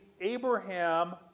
Abraham